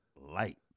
Light